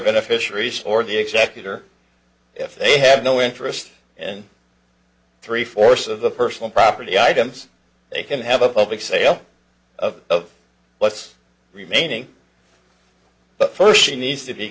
beneficiaries or the executor if they have no interest and three fourths of the personal property items they can have a public sale of of what's remaining but first she needs to be